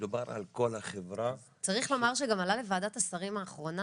מדובר על כל החברה -- צריך לומר שגם עלה לוועדת השרים האחרונה